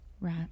Right